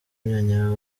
myanya